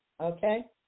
okay